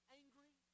angry